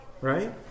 Right